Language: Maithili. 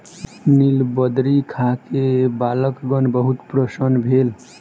नीलबदरी खा के बालकगण बहुत प्रसन्न भेल